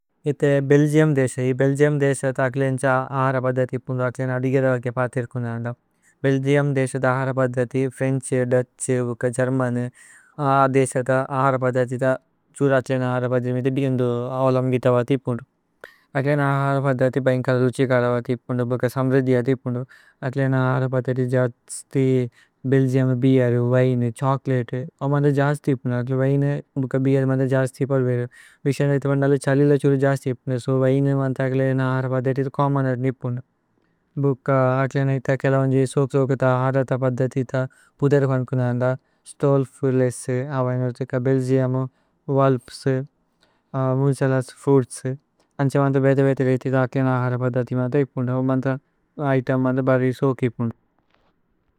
Belgium ദേസ, Belgium ദേസ ത അക്ലേന്ഛ അഹര। പദ്ദതി ഇപുന്ദു അക്ലേന് അദിഗേ ദവര് കേ പാതിര്। ഇപുന്ദു ആന്ദമ് ഭേല്ജേഉമ് ദേസ ത അഹര പദ്ദതി। ഫ്രേന്ഛ്, ദുത്ഛ്, ബുക ഗേര്മനു, അ ദേസ ത അഹര। പദ്ദതി ത സുരത്ലേന അഹര പദ്ദതി മേതി ഇന്ദു। അലമ്ഗിത വാത് ഇപുന്ദു അക്ലേന് അഹര പദ്ദതി। ബൈന്കല ദുചികര വാത് ഇപുന്ദു ഭുക സമ്രിധി। അഥ് ഇപുന്ദു അക്ലേന് അഹര പദ്ദതി ജസ്തി ബേല്ജേഉമ്। ബീരു വിനേഉ ഛോചോലതേഉ അമന്ദു ജസ്തി ഇപുന്ദു। അക്ലേന് വിനേഉ, ബുക ബീരു അമന്ദു ജസ്തി ഇപുന്ദു। വിസയ്ന ഇത പന്ദല ഛലില ഛുരു ജസ്തി ഇപുന്ദു। സോ വിനേഉ മന്ത അക്ലേന് അഹര പദ്ദതി ത ചോമ്മോന് അര്നി ഇപുന്ദു ഭുക അക്ലേന് ഐത। കേലവന്ജി സോക സോക ത അഹര പദ്ദതി ത പുദര്। കോന്ദിപുന്ദു ആന്ദമ് സ്തോല്ഫു ലേസു അവൈനു അതക। ബേല്ജേഉമു, വുല്ഫ്സു, മുന്സലസു, ഫ്രുഇത്സു। അന്ഛ മന്ത ബേദ ബേദ ഇതി ത അക്ലേന് അഹര പദ്ദതി। മന്ത ഇപുന്ദു ഓമ് മന്ത ഇതേമ് മന്ത ബദരി സോകി ഇപുന്ദു।